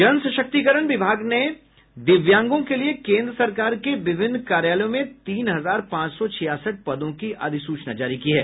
जन सशक्तिकरण विभाग ने दिव्यांगों के लिए केंद्र सरकार के विभिन्न कार्यालयों में तीन हजार पांच सौ छियासठ पदों की अधिसूचना जारी की है